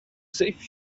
save